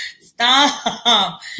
stop